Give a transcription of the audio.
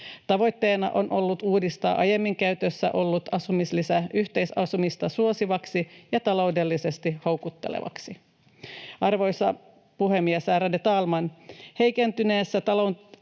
Tavoitteena on ollut uudistaa aiemmin käytössä ollut asumislisä yhteisasumista suosivaksi ja taloudellisesti houkuttelevaksi. Arvoisa puhemies, ärade talman! Heikentyneessä